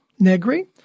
Negri